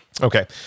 Okay